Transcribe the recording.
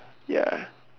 ya